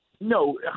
No